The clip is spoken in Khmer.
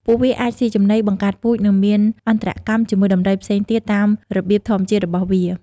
ពួកវាអាចស៊ីចំណី បង្កាត់ពូជ និងមានអន្តរកម្មជាមួយដំរីផ្សេងទៀតតាមរបៀបធម្មជាតិរបស់វា។